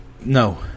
No